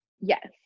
Yes